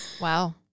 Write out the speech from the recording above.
Wow